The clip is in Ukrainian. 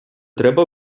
треба